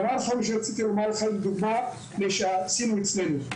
הדבר האחרון שרציתי לומר לך היא דוגמה שעשינו אצלנו.